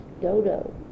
Dodo